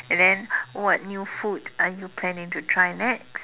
and then what new food are you planning to try next